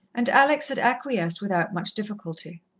and alex had acquiesced without much difficulty.